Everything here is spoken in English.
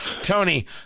Tony